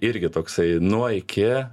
irgi toksai nuo iki